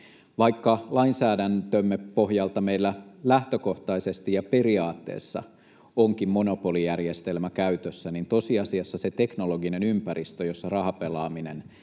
Vaikka lainsäädäntömme pohjalta meillä lähtökohtaisesti ja periaatteessa onkin monopolijärjestelmä käytössä, tosiasiassa se teknologinen ympäristö, jossa rahapelaaminen